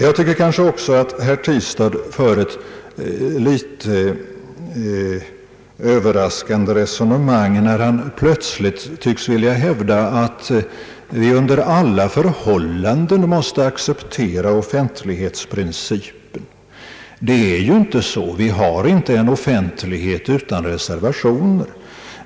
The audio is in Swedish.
Jag tycker också att herr Tistad för ett något överraskande resonemang när han plötsligt tycks vilja hävda att vi under alla förhållanden måste acceptera offentlighetsprincipen. Det är ju inte så. Vi har inte en offentlighet utan reservationer.